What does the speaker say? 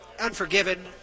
Unforgiven